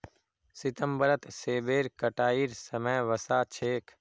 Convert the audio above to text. सितंबरत सेबेर कटाईर समय वसा छेक